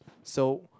so